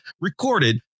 recorded